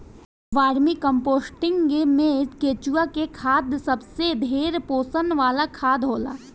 vermi composting में केचुआ के खाद सबसे ढेर पोषण वाला खाद होला